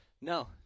No